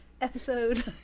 episode